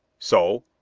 so?